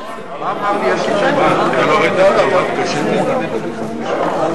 להסיר מסדר-היום את הצעת חוק מתן הנחות בתעריפי מים